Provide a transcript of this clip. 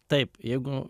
taip jeigu